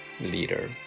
leader